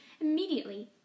Immediately